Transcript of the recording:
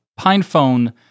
PinePhone